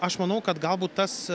aš manau kad galbūt tas